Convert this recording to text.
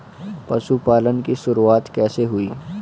पशुपालन की शुरुआत कैसे हुई?